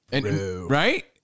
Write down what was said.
right